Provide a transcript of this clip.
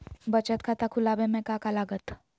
बचत खाता खुला बे में का का लागत?